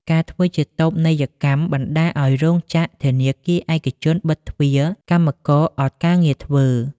ការធ្វើជាតូបនីយកម្ម បណ្តាលឲ្យរោងចក្រ ធនាគារឯកជនបិតទ្វារកម្មករអត់ការងារធ្វើ។